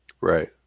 Right